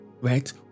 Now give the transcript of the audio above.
right